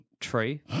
tree